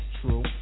True